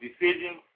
decisions